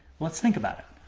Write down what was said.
let's think about it.